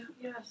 yes